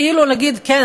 כאילו להגיד: כן,